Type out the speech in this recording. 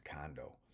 condo